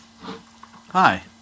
Hi